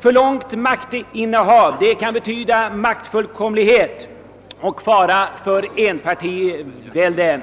För långt maktinnehav kan medföra maktfullkomlighet och fara för enpartivälde.